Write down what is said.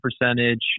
percentage